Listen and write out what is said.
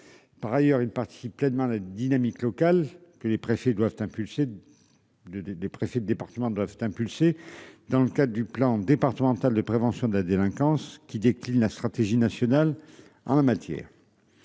Par ailleurs, une partie pleinement la dynamique locale que les préfets doivent impulser. Des des préfets de département doivent impulser dans le cadre du plan départemental de prévention de la délinquance qui décline la stratégie nationale en la matière.